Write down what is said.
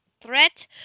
Threat